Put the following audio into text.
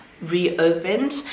reopened